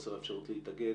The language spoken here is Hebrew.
חוסר האפשרות להתאגד,